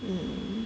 mm